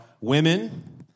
women